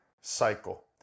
cycle